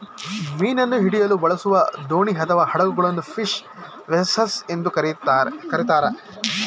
ಮೀನನ್ನು ಹಿಡಿಯಲು ಬಳಸುವ ದೋಣಿ ಅಥವಾ ಹಡಗುಗಳನ್ನು ಫಿಶ್ ವೆಸೆಲ್ಸ್ ಎಂದು ಕರಿತಾರೆ